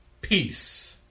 Peace